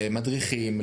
למדריכים,